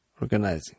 organizing